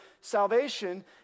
salvation